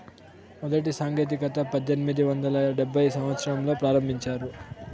మొదటి సాంకేతికత పద్దెనిమిది వందల డెబ్భైవ సంవచ్చరంలో ప్రారంభించారు